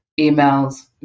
emails